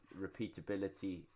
repeatability